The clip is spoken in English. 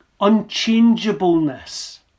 unchangeableness